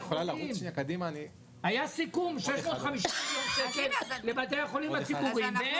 היה סיכום על 650 מיליון שקל לבתי החולים הציבוריים ואין את זה.